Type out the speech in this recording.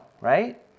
right